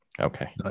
Okay